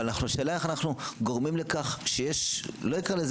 אבל השאלה איך אנחנו גורמים לכך אני לא אקרא לזה